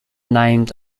named